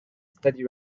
steady